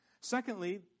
Secondly